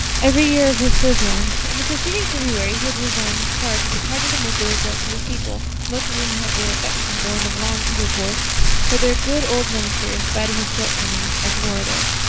every year his sojourn. in the preceding february he had resigned his charge and departed amid the regrets of his people, most of whom had the affection born of long intercourse for their good old minister in spite of his shortcomings as an orator.